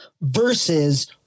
versus